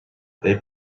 they